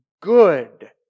Good